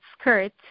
skirt